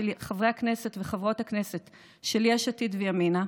חברי הכנסת וחברות הכנסת של יש עתיד וימינה,